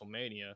WrestleMania